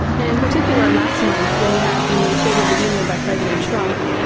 and particular, last month when we had the state of the union by president trump,